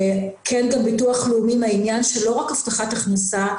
וכן את הביטוח הלאומי מהעניין של לא רק הבטחת הכנסה,